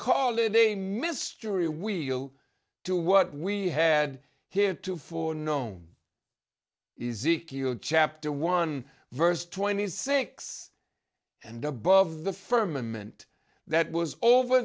call it a mystery wheel to what we had here to for known chapter one verse twenty six and above the firmament that was over